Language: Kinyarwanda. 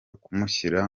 kumushyira